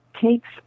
takes